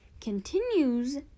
continues